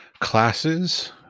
classes